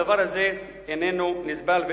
הדבר הזה איננו נסבל,